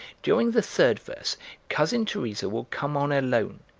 during the third verse cousin teresa will come on alone,